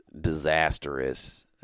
disastrous